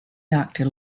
doctor